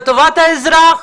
מתחם ההשפעה,